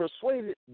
persuaded